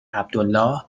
عبدالله